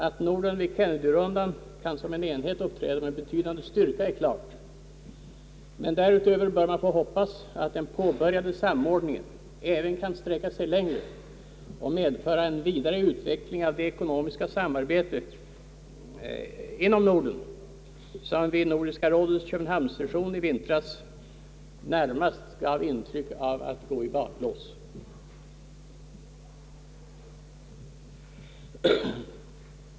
Att Norden i Kennedyrundan kan som en enhet uppträda med betydande styrka är klart. Men därutöver bör man få hoppas att den påbörjade samordningen även kan sträcka sig längre och medföra en vidare utveckling av det ekonomiska samarbetet inom Norden, sedan frågan vid Nordiska rådets Köpenhamns session i vintras närmast gett intryck av att gå i baklås.